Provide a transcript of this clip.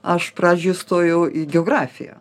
aš pradžioj įstojau į geografiją